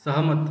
सहमत